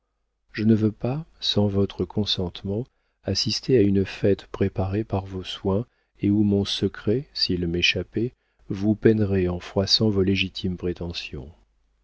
je ne veux pas sans votre consentement assister à une fête préparée par vos soins et où mon secret s'il m'échappait vous peinerait en froissant vos légitimes prétentions